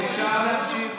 אני לא שומעת, מירב,